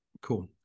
Cool